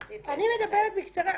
רצית --- אני מדברת בקצרה,